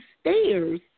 stairs